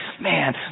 man